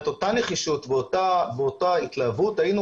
את אותה נחישות ואותה התלהבות היינו